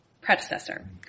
predecessor